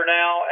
now